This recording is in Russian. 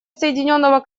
соединенного